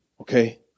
okay